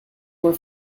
were